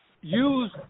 use